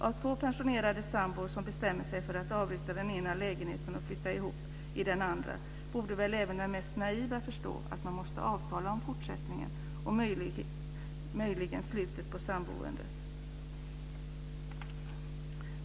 Om två pensionerade sambor har bestämt sig för att avyttra den ena lägenheten och flytta ihop i den andra borde väl även den mest naiva förstå att man måste avtala om fortsättningen och möjligen slutet på samboendet.